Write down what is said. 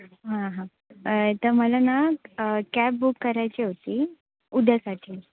हां हां तर मला ना कॅब बुक करायची होती उद्यासाठी